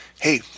hey